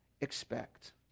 expect